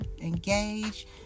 engage